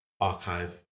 archive